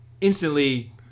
instantly